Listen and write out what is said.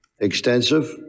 extensive